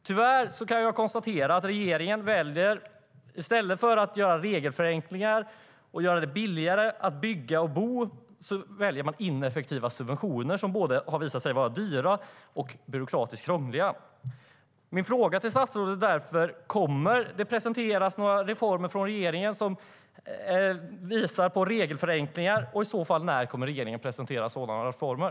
Tyvärr kan jag konstatera att regeringen, i stället för att införa regelförenklingar och göra det billigare att bygga och bo, väljer ineffektiva subventioner som både har visat sig vara dyra och byråkratiskt krångliga. Min fråga till statsrådet är därför: Kommer det att presenteras några reformer från regeringen som medför regelförenklingar, och när kommer i så fall regeringen att presentera sådana reformer?